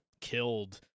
killed